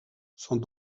sont